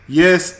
yes